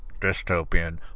dystopian